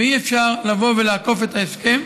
ואי-אפשר לבוא ולעקוף את ההסכם.